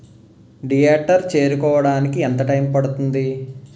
theatre చేరుకోడానికి ఎంత time పడుతుంది